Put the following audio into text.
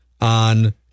on